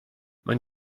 man